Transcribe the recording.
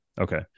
Okay